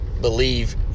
believe